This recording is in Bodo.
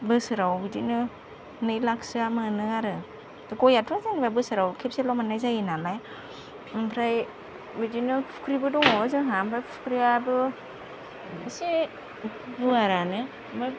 बोसोराव बिदिनो नै लाखसोआ मोनो आरो गयाथ' जेनेबा बोसोराव खेबसेल' मोननाय जायो नालाय ओमफ्राय बिदिनो फुख्रिबो दङ जोंहा ओमफ्राय फुख्रियाबो एसे गुवारानो ओमफ्राय